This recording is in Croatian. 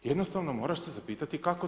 Jednostavno moraš se zapitati kako to?